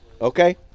okay